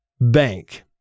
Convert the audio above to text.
Bank